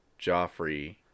Joffrey